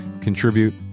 contribute